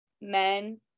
men